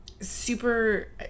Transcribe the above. super